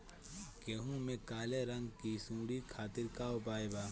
गेहूँ में काले रंग की सूड़ी खातिर का उपाय बा?